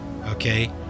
okay